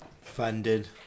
Funded